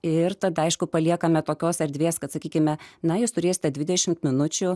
ir tad aišku paliekame tokios erdvės kad sakykime na jūs turėsite dvidešimt minučių